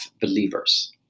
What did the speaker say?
believers